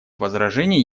возражений